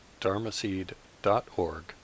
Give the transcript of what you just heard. dharmaseed.org